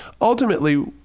Ultimately